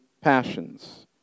passions